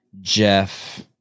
Jeff